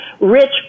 rich